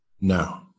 No